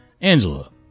Angela